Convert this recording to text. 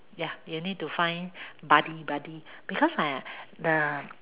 ya you need to find buddy buddy because uh the